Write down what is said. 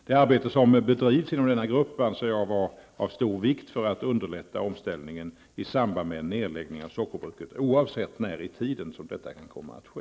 Det arbete som bedrivs inom denna grupp anser jag vara av stor vikt för att underlätta omställningen i samband med en nedläggning av sockerbruket oavsett när i tiden detta kan komma att ske.